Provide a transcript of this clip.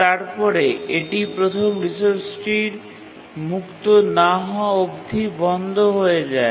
তারপরে এটি প্রথম রিসোর্সটি মুক্ত না হওয়া অবধি বন্ধ হয়ে যায়